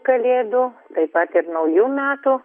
kalėdų taip pat ir naujų metų